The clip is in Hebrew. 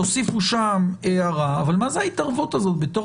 תוסיפו שם הערה אבל מה זאת ההתערבות הזאת בתור